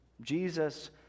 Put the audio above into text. Jesus